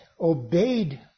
obeyed